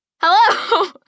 Hello